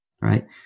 Right